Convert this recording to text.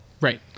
Right